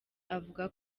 avuga